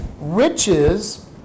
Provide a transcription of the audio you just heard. riches